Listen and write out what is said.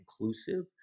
inclusive